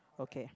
okay